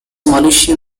malaysia